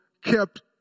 kept